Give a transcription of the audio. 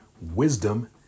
wisdom